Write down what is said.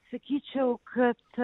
sakyčiau kad